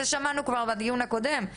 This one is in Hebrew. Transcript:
את זה שמענו כבר בדיון הקודם.